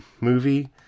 movie